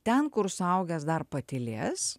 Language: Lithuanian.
ten kur suaugęs dar patylės